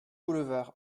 boulevard